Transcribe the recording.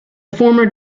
former